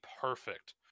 perfect